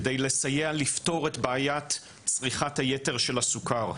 כדי לסייע לפתור את בעיית צריכת היתר של הסוכר.